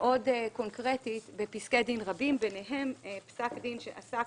קונקרטית בפסקי דין רבים ביניהם פסק דין שעסק